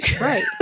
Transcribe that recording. right